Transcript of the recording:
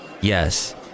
Yes